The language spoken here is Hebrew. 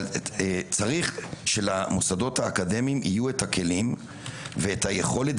צריך שלמוסדות האקדמיים יהיו הכלים והיכולת,